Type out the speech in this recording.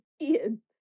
Ian